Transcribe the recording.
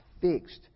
fixed